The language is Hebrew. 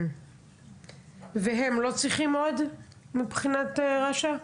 והם לא צריכים עוד מבחינת רש"א?